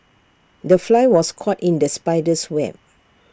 the fly was caught in the spider's web